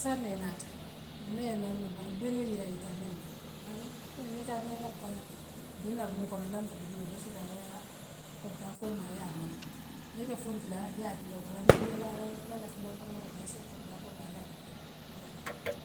Saaňe leeŋ naata mee loŋ nuŋ bare mberi lee'nyitandina ŋaa loŋ koo nii itaataa ilaftaa duŋna buŋkono lampoo be dibeŋriŋ issi taa yaa contakoo maa yaa mala nii ibe funtila yaa dibeŋ wala nii ibe laala imaŋ lafi lampu maloo la issi kontakoo maa ya dibeŋ yee laa.